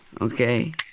Okay